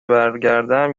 برگردم